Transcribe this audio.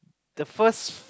the first